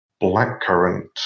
blackcurrant